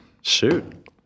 Shoot